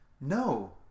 no